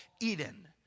Eden